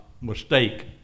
mistake